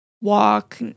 walk